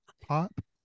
pop